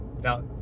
Now